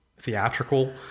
theatrical